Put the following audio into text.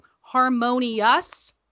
Harmonious